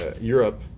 Europe